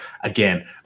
again